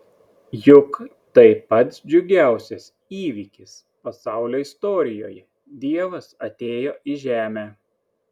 juk tai pats džiugiausias įvykis pasaulio istorijoje dievas atėjo į žemę